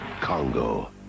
Congo